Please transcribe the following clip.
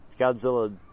Godzilla